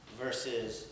versus